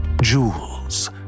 jewels